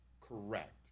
correct